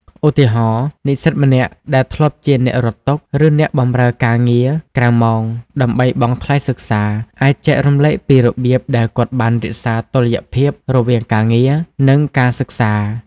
ឧទាហរណ៍ និស្សិតម្នាក់ដែលធ្លាប់ជាអ្នករត់តុ ឬអ្នកបម្រើការងារក្រៅម៉ោង ដើម្បីបង់ថ្លៃសិក្សា អាចចែករំលែកពីរបៀបដែលគាត់បានរក្សាតុល្យភាពរវាងការងារ និងការសិក្សា។